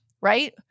right